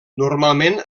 normalment